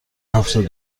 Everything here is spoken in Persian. هفتاد